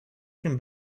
can